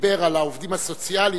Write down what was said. דיבר על העובדים הסוציאליים,